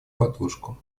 подушку